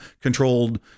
controlled